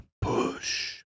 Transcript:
push